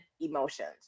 emotions